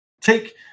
Take